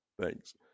Thanks